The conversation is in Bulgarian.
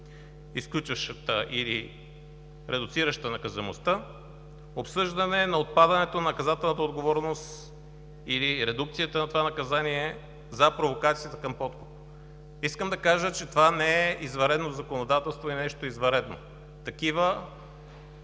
изключваща или редуцираща наказуемостта, обсъждане на отпадането на наказателната отговорност или редукцията на това наказание за провокацията към подкуп. Искам да кажа, че това не е извънредно законодателство и нещо извънредно. Такива